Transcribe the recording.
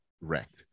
wrecked